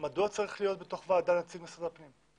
מדוע צריך להיות בתוך ועדה נציג משרד הפנים?